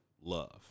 love